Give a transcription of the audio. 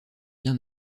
bien